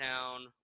town